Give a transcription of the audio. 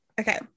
Okay